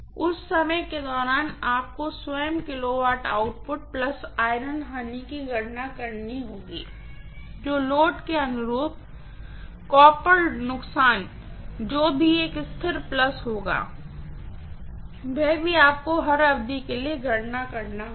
उस समय के दौरान आपको स्वयं किलोवाट आउटपुट आयरन लॉस की गणना करनी होगी जो उस लोड के अनुरूप तांबा नुकसान जो भी एक स्थिर प्लस होगा वह भी आपको हर अवधि के लिए गणना करना होगा